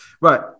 Right